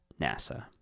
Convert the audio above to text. NASA